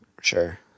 Sure